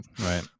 Right